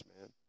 man